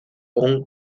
una